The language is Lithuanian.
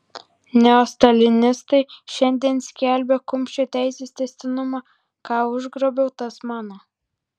neostalinistai šiandien skelbia kumščio teisės tęstinumą ką užgrobiau tas mano